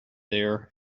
there